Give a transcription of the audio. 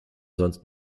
sonst